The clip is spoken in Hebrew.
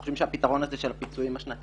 אנחנו חושבים שהפתרון הזה של הפיצויים השנתיים